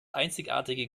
einzigartige